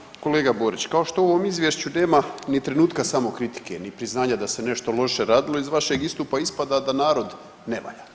Poštovani kolega Borić kao što u ovom izvješću nema ni trenutka samokritike ni priznanja da se nešto loše radilo iz vašeg istupa ispada da narod ne valja.